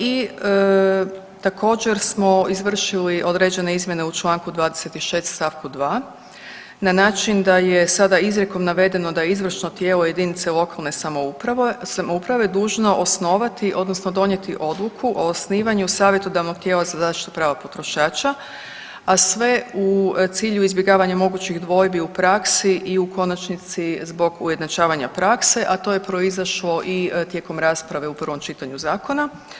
I također smo izvršili određene izmjene u članku 26. stavku 2. na način da je sada izrijekom navedeno da je izvršno tijelo jedinice lokalne samouprave dužno osnovati, odnosno donijeti odluku o osnivanju savjetodavnog tijela za zaštitu prava potrošača a sve u cilju izbjegavanja mogućih dvojbi u praksi i u konačnici zbog ujednačavanja prakse, a to je proizašlo i tijekom rasprave u prvom čitanju zakona.